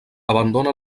abandona